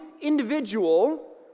individual